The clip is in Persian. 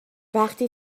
وقتی